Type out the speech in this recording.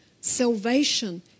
salvation